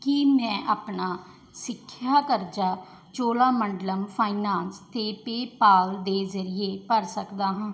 ਕੀ ਮੈਂ ਆਪਣਾ ਸਿੱਖਿਆ ਕਰਜ਼ਾ ਚੋਲਾਮੰਡਲਮ ਫਾਈਨੈਂਸ 'ਤੇ ਪੇਅਪਾਲ ਦੇ ਜ਼ਰੀਏ ਭਰ ਸਕਦਾ ਹਾਂ